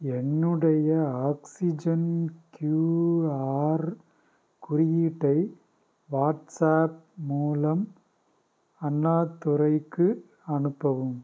என்னுடைய oxygen QR குறியீட்டை WhatsApp மூலம் அண்ணாதுரைக்கு அனுப்பவும்